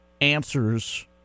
answers